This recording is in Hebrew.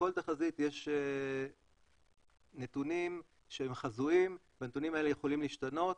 בכל תחזית יש נתונים הם חזויים והנתונים האלה יכולים להשתנות.